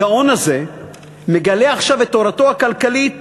הגאון הזה מגלה עכשיו את תורתו הכלכלית,